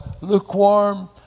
lukewarm